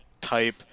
type